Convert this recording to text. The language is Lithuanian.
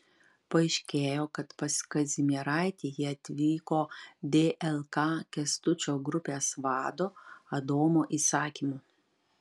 paaiškėjo kad pas kazimieraitį jie atvyko dlk kęstučio grupės vado adomo įsakymu